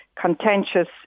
contentious